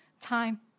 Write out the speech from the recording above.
time